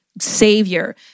savior